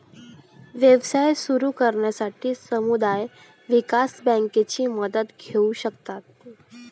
व्यवसाय सुरू करण्यासाठी समुदाय विकास बँकेची मदत घेऊ शकता